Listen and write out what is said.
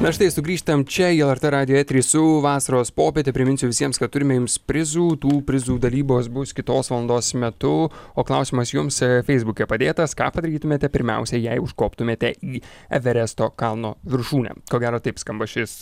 na štai sugrįžtam čia į lrt radijo eterį su vasaros popiete priminsiu visiems kad turime jums prizų tų prizų dalybos bus kitos valandos metu o klausimas jums feisbuke padėtas ką padarytumėte pirmiausia jei užkoptumėte į everesto kalno viršūnę ko gero taip skamba šis